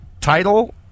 title